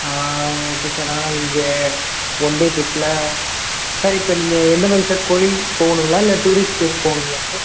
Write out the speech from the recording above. okay sir ஆனால் நான் இங்கே ஒன்டே ட்ரிப்பில் சார் இப்போ நீங்கள் எந்தமாதிரி சார் கோவில் போகணுங்ளா இல்லை டூரிஸ்ட் ப்ளேஸ் போகணுங்ளா சார்